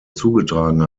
zugetragen